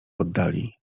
oddali